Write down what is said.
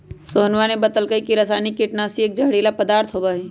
सोहनवा ने बतल कई की रसायनिक कीटनाशी एक जहरीला पदार्थ होबा हई